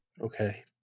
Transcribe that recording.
Okay